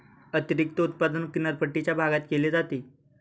अतिरिक्त उत्पादन किनारपट्टीच्या भागात केले जाते